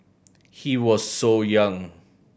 he was so young